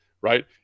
right